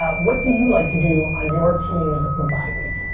ah what do you like to do on your team's buy week?